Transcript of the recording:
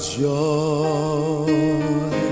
joy